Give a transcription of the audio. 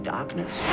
Darkness